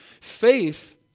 Faith